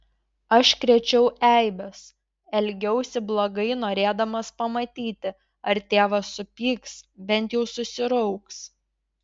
aš krėčiau eibes elgiausi blogai norėdamas pamatyti ar tėvas supyks bent jau susirauks